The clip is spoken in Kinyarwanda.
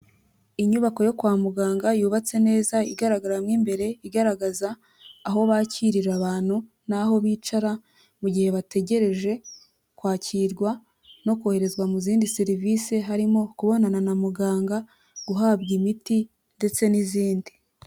Inyubako yo kwa muganga, yubatse neza igaragara mo imbere, igaragaza aho bakirira abantu, n'aho bicara, mu gihe bategereje kwakirwa, no koherezwa mu zindi serivise, harimo kubonana na muganga, guhabwa imiti, ndetse n'izindi.